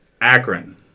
Akron